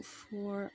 four